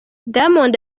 diamond